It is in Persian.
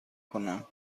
کنم